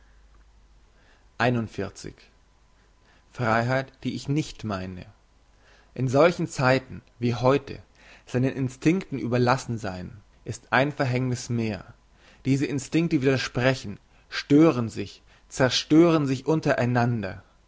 freiheit die ich nicht meine in solchen zeiten wie heute seinen instinkten überlassen sein ist ein verhängniss mehr diese instinkte widersprechen stören sich zerstören sich